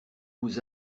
vous